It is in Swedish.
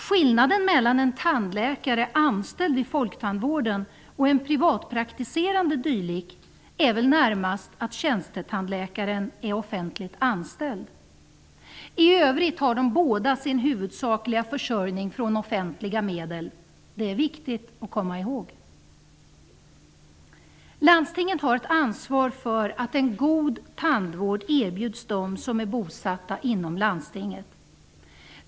Skillnaden mellan en tandläkare anställd vid folktandvården och en privatpraktiserande dylik är närmast att tjänstetandläkaren är offentligt anställd. I övrigt har de båda sin huvudsakliga försörjning från offentliga medel. Det är viktigt att komma ihåg. Landstingen har ett ansvar för att en god tandvård erbjuds dem som är bosatta inom landstinget.